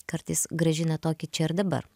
kartais grąžina tokį čia ir dabar